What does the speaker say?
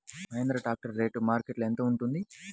Mahindra tractor rate మార్కెట్లో యెంత ఉంటుంది?